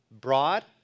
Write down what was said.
broad